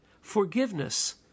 Forgiveness